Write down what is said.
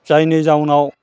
जायनि जाउनाव